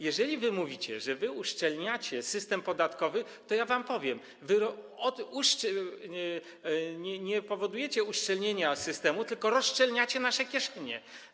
Jeżeli mówicie, że uszczelniacie system podatkowy, to ja wam powiem tak: Wy nie powodujecie uszczelnienia systemu, tylko rozszczelniacie nasze kieszenie.